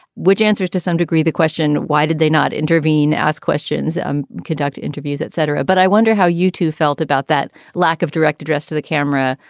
which answers to some degree the question, why did they not intervene, ask questions and conduct interviews, et cetera. but i wonder how youtube felt about that lack of direct address to the camera,